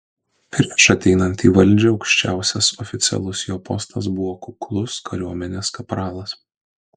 prieš ateinant į valdžią aukščiausias oficialus jo postas buvo kuklus kariuomenės kapralas